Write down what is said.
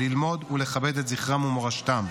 ללמוד ולכבד את זכרם ומורשתם.